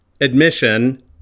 admission